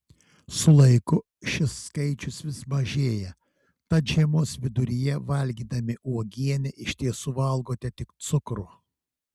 su laiku šis skaičius vis mažėja tad žiemos viduryje valgydami uogienę iš tiesų valgote tik cukrų